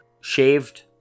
Shaved